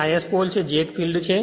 આ S pole છે જે એક ફિલ્ડ છે